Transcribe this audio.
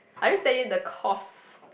I just tell you the cause